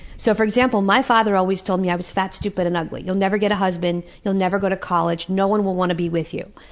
so, for example, my father always told me i was fat, stupid and ugly. you'll never get a husband, you'll never go to college, no one will want to be with you.